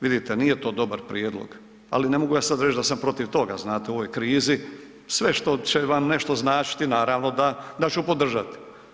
Vidite, nije to dobar prijedlog, ali ne mogu ja sad reć da sam protiv toga, znate, u ovoj krizi sve što će vam nešto značiti, naravno da ću podržati.